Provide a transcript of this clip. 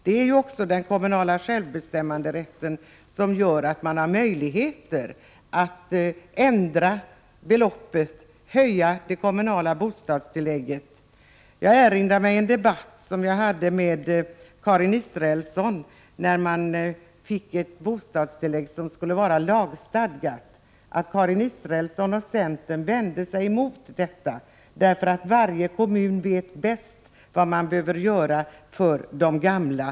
Den kommunala självbestämmanderätten ger varje kommun rätt att besluta om bostadstilläggets storlek. Jag erinrar mig en debatt med Karin Israelsson när det lagstadgade bostadstillägget diskuterades. Karin Israelsson och centern vände sig mot detta förslag och ansåg att varje kommun vet bäst vad som behöver göras för de gamla.